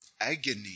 agony